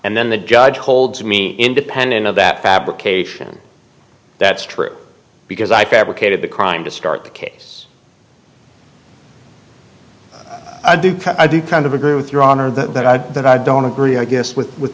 and then the judge holds me independent of that fabrication that's true because i fabricated the crime to start the case i do can i do kind of agree with your honor that that i don't agree i guess with with